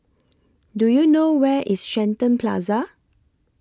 Do YOU know Where IS Shenton Plaza